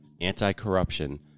anti-corruption